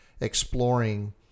exploring